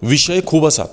विशय खूब आसात